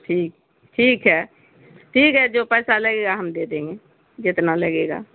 ٹھیک ٹھیک ہے ٹھیک ہے جو پیسہ لگے گا ہم دے دیں گے جتنا لگے گا